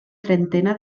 trentena